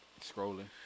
Scrolling